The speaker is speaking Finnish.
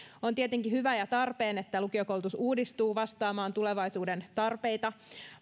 on tietenkin hyvä ja tarpeen että lukiokoulutus uudistuu vastaamaan tulevaisuuden tarpeita